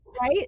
Right